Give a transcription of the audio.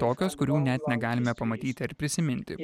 tokios kurių net negalime pamatyti ar prisiminti